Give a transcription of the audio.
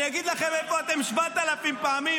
אני אגיד לכם איפה אתם 7,000 פעמים,